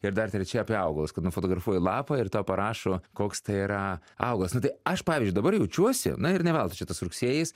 ir dar trečia apie augalus kad nufotografuoji lapą ir tau parašo koks tai yra augalas nu tai aš pavyzdžiui dabar jaučiuosi na ir ne veltui čia tas rugsėjis